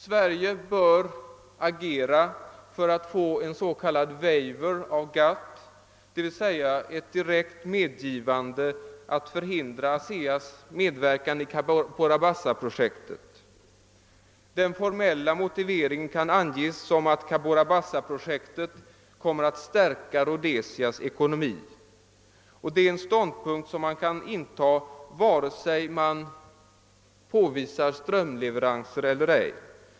Sverige bör agera för att få en s.k. waiver av GATT, d. v. s. ett direkt medgivande att förhindra ASEA:s medverkan i Cabora Bassa-projektet. Den formella motiveringen kan anges så, att Cabora Bassa-projektet kommer att stärka Rhodesias ekonomi. Det är en ståndpunkt man kan inta vare sig man påvi sar strömleveranser eller ej.